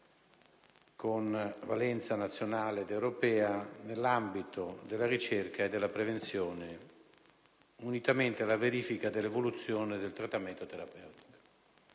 con valenza nazionale ed europea, nell'ambito della ricerca e della prevenzione, unitamente alla verifica dell'evoluzione del trattamento terapeutico.